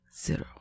Zero